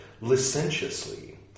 licentiously